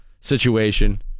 situation